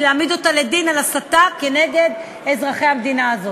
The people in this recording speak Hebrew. להעמיד אותה לדין על הסתה כנגד אזרחי המדינה הזאת,